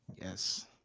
Yes